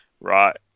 right